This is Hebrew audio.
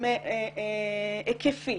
היקפי